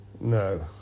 No